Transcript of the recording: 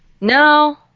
No